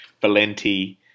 Valenti